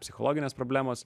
psichologinės problemos